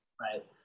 Right